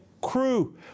crew